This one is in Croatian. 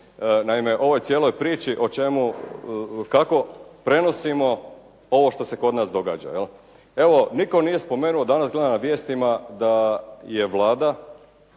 Naime, ovoj cijeloj priči kako prenosimo ovo što se kod nas događa. Evo, nitko nije spomenuo, danas gledam na vijestima da je Vlada,